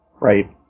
right